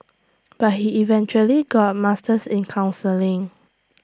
but he eventually got A master's in counselling